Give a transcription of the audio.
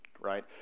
right